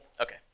Okay